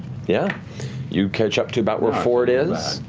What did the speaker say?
yeah you catch up to about where fjord is.